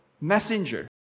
messenger